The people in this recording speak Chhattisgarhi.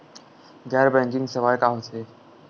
गैर बैंकिंग सेवाएं का होथे?